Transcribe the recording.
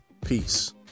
peace